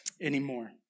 anymore